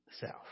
self